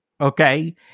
Okay